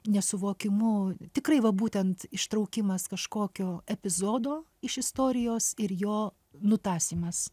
nesuvokimu tikrai va būtent ištraukimas kažkokio epizodo iš istorijos ir jo nutasymas